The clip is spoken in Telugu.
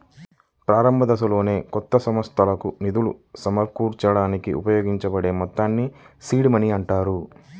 ప్రారంభదశలోనే కొత్త సంస్థకు నిధులు సమకూర్చడానికి ఉపయోగించబడే మొత్తాల్ని సీడ్ మనీ అంటారు